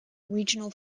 regional